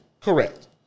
Correct